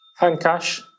Handcash